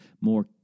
More